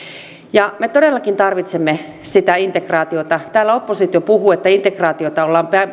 ja me todellakin tarvitsemme sitä integraatiota täällä oppositio puhuu että integraatiota ollaan